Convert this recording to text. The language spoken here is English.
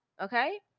okay